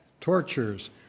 tortures